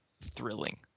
thrilling